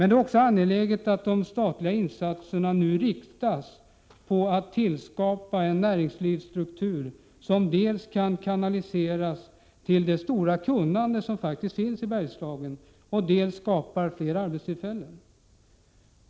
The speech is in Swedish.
Det är också angeläget att de statliga insatserna nu inriktas på att skapa en näringslivsstruktur som dels kan kanaliseras till det stora kunnande som finns i Bergslagen, dels skapa fler arbetstillfällen.